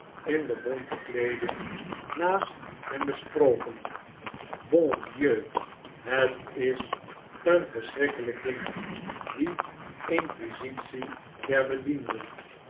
in de bonte kleeding naast hem besproken bon dieti het is een verschrikkelijk ding die inquisitie der bedienden